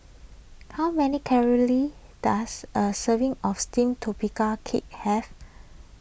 how many calories does a serving of Steamed Tapioca Cake have